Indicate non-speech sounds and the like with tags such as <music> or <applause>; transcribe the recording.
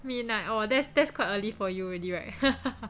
midnight orh that's that's quite early for you already right <laughs>